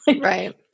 Right